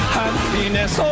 happiness